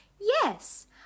Yes